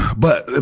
but,